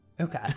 Okay